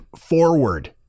Forward